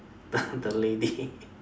the lady